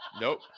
Nope